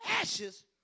Ashes